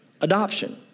adoption